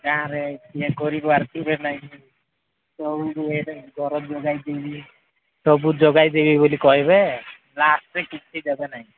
ତୁମର ଗାଁରେ ଆସିବେ ନାଇଁ ସବୁ ଯୋଗାଇଦେବି ବୋଲି କହିବେ ଲାଷ୍ଟରେ କିଛି ଦେବେ ନାଇଁ